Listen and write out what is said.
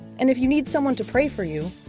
and if you need someone to pray for you,